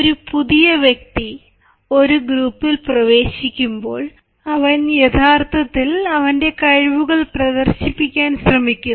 ഒരു പുതിയ വ്യക്തി ഒരു ഗ്രൂപ്പിൽ പ്രവേശിക്കുമ്പോൾ അവൻ യഥാർത്ഥത്തിൽ അവൻറെ കഴിവുകൾ പ്രദർശിപ്പിക്കാൻ ശ്രമിക്കുന്നു